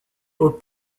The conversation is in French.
aux